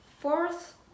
fourth